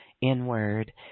inward